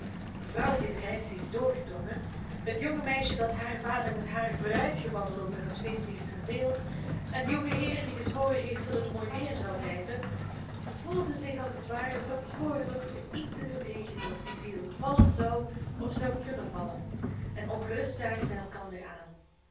mevrouw die de reis heeft drgedrongen het jonge meisje dat haren vader met haar vooruitgebabbel over dat feest heeft verveeld en de jongeheer die gezworen heeft dat het mooi weer zou blijven voelden zich als het ware verantwoordelijk voor iederen regendrop die viel vallen zou of zou kunnen vallen en ongerust zagen zij elkander aan